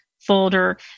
folder